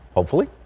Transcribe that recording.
hopefully.